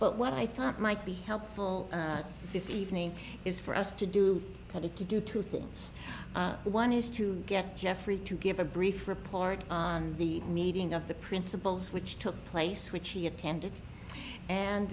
but what i thought might be helpful this evening is for us to do it to do two things one is to get geoffrey to give a brief report on the meeting of the principals which took place which he attended and